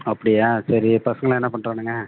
அப்படியா சரி பசங்களாம் என்ன பண்ணுறானுங்க